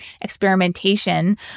experimentation